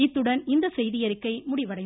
இத்துடன் இந்த செய்தியறிக்கை முடிவடைந்தது